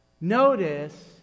Notice